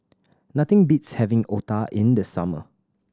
nothing beats having otah in the summer